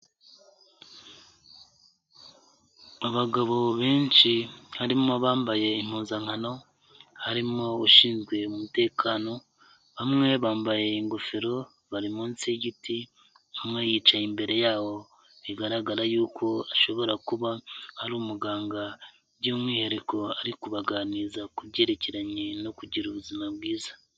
Abagabo benshi harimo bambaye impuzankano, harimo abashinzwe umutekano, bamwe bambaye ingofero bari munsi y'igiti, umwe yicaye imbere yawo bigaragara yuko ashobora kuba ari umuganga by'umwihariko ari kubaganiriza ku byerekeranye no kugira ubuzima bwiza.